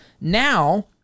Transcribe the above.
now